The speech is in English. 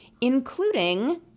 including